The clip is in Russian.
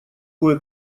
кое